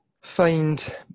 find